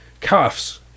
Cuffs